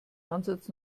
ansatz